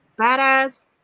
badass